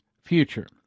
future